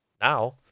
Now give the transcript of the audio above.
Now